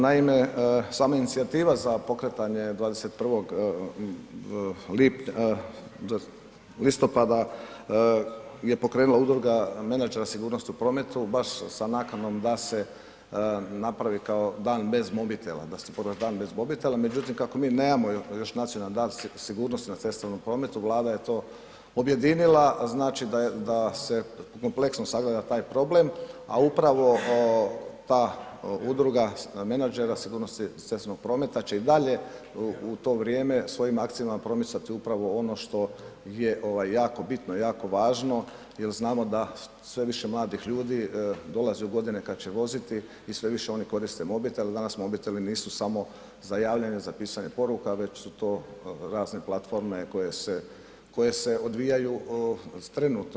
Naime, sama inicijativa za pokretanje 21. listopada je pokrenula udruga ... u prometu baš sa nakanom da se napravi kao dan bez mobitela, da se proglasi dan bez mobitela, međutim kako mi nemamo još Nacionalni dan sigurnosti na cestovnom prometu, Vlada je to objedinila, znači da se kompleksno sagleda taj problem, a upravo ta udruga menadžera sigurnosti cestovnog prometa će i dalje u to vrijeme svojim akcijama promicati upravo ono što je jako bitno, jako važno jer znamo da sve više mladih ljudi dolazi u godine kada će voziti i sve više oni koriste mobitel, danas mobiteli nisu samo za javljanje, za pisanje poruka već su to razne platforme koje se odvijaju trenutno.